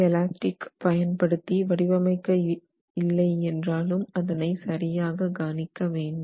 F elastic பயன்படுத்தி வடிவமைக்க இல்லை என்றாலும் அதனை சரியாக கணிக்க வேண்டும்